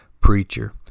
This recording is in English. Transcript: preacher